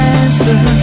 answer